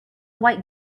white